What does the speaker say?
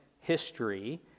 history